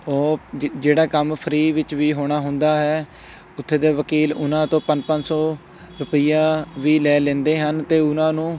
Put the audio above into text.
ਉਹ ਜਿ ਜਿਹੜਾ ਕੰਮ ਫਰੀ ਵਿੱਚ ਵੀ ਹੋਣਾ ਹੁੰਦਾ ਹੈ ਉੱਥੇ ਦੇ ਵਕੀਲ ਉਹਨਾਂ ਤੋਂ ਪੰਜ ਪੰਜ ਸੋ ਰੁਪਈਆ ਵੀ ਲੈ ਲੈਂਦੇ ਹਨ ਅਤੇ ਉਹਨਾਂ ਨੂੰ